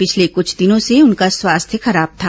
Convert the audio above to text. पिछले कुछ दिनों से उनका स्वास्थ्य खराब था